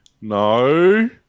No